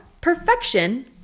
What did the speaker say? perfection